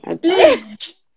Please